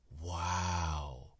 Wow